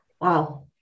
Wow